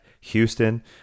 Houston